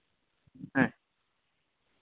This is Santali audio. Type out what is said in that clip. ᱦᱮᱸ